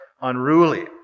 unruly